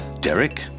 Derek